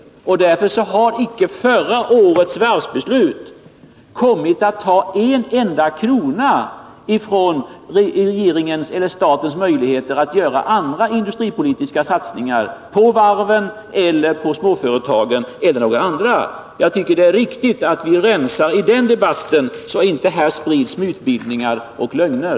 Därför har inte förra årets varvsbeslut med en enda krona minskat statens möjligheter att göra andra industripolitiska satsningar på varven, småföretagen eller annat. Jag tycker att det är riktigt att vi rensar i den debatten, så att inte här sprids mytbildningar och lögner.